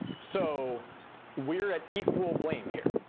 so we're at equal blame here.